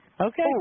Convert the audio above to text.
Okay